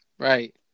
Right